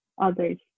others